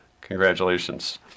Congratulations